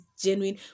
genuine